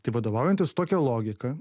tai vadovaujantis tokia logika